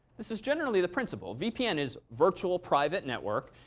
this is generally the principle. vpn is virtual private network.